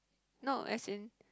no as in